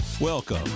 Welcome